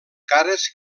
cares